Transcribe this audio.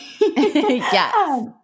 Yes